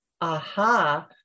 aha